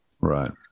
Right